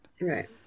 Right